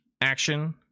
action